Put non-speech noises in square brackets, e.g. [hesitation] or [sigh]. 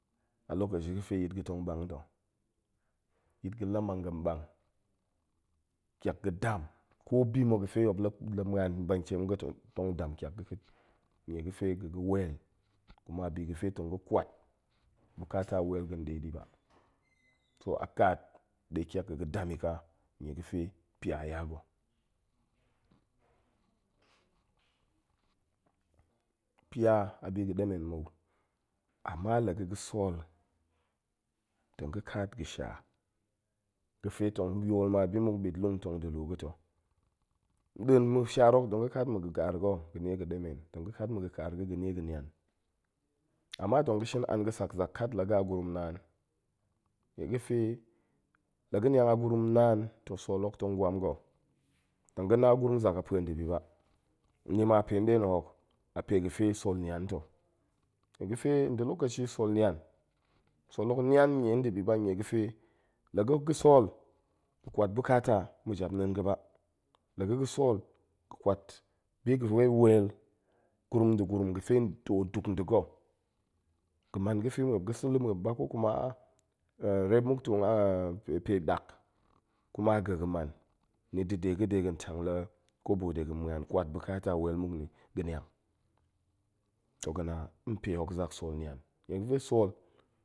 A lokashi ga̱ fe yit ga̱ tong ɓang ta̱. yit ga̱ la mang ga̱n ɓang, ƙiak ga̱ dam. ko bi ma̱ ga̱fe muop la ma̱an ban nkien ga̱ tong dam kiak ga̱ to, tong dam kiak ga̱ ka̱a̱t nie ga̱ fe ga̱ ga̱ wel, kuma bi ga̱ fe tong ga̱ kwat bukata wel ga̱ nde ɗi ba, toh a kaat ɗe kiak ga̱ ga̱ də i ka nie ga̱ fe pia ya ga̱. pia a bi ga̱ ɗemen mou, ama la ga̱ ga̱ sool tong ga̱ kat ga̱sha ga̱fe tong yool ma bimuk nɓitlung tong da̱ luu ga̱ ta̱. nɗin ma̱shaar hok tong ga̱ kat ma̱ kaar ga̱ ga̱ nie ga̱ ɗemen, tong ga̱ kat ma̱ ga̱ kaar ga̱ ga̱ ɗie ga̱ nian, ama tong ga̱ shin an ga̱ sak zak kat ga̱ a gurum naan, nie ga̱ fe la ga̱ wan a gurum naan, toh sool hok tong gwam ga̱, tong ga̱ na gurum zak a pue ndibi ba. ni ma pe nɗe na̱ ho a pe ga̱ fe sool nian to. nie ga̱ fe nda̱ lokashi, sool nian, sool hok nian nie ndibi ba, nie ga̱ fe la ga̱ ga̱ sool, ga̱ kwat bukata ma̱japneen ga̱ ba, la ga̱ ga̱ sool ga̱ kwat bi ga̱ fe wel gurum, nda̱ gurum ga̱ fe to duk nda̱ ga̱, ga̱ man ga̱ fe muop ga̱ sa̱ lumauop ba kokuma [hesitation] reep muk nto [hesitation] pe ɗak kuma ga̱ ga̱ man, ni da̱ de ga̱ de ga̱n tang la kobo de ga̱n ma̱an kwat bukata wel muk ni, ga̱ niang. toh ga̱ na, npe hok zak sool nian, nie ga̱fe sool.